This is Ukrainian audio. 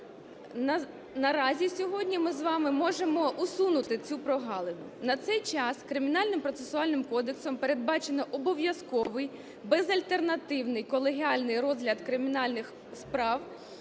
Наразі сьогодні ми з вами можемо усунути цю прогалину. На цей час Кримінальним процесуальним кодексом передбачено обов'язковий безальтернативний колегіальний розгляд кримінальних справ